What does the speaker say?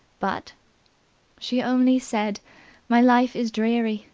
but she only said my life is dreary,